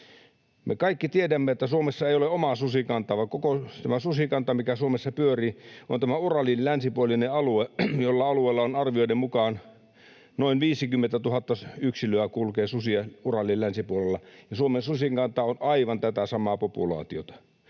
Me kaikki tiedämme, että Suomessa ei ole omaa susikantaa, vaan koko tämä susikanta, mikä Suomessa pyörii, on tämän Uralin länsipuolisen alueen, jolla alueella arvioiden mukaan noin 50 000 yksilöä kulkee susia, Uralin länsipuolella, ja Suomen susikanta on aivan tätä samaa populaatiota.